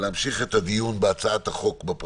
למקסם את מספר העצורים שיגיעו לבתי